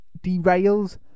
derails